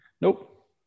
Nope